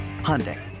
Hyundai